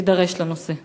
תידרש לנושא.